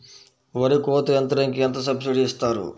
వరి కోత యంత్రంకి ఎంత సబ్సిడీ ఇస్తారు?